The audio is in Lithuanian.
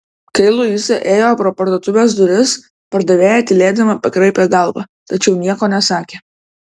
kai luiza ėjo pro parduotuvės duris pardavėja tylėdama pakraipė galvą tačiau nieko nesakė